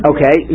Okay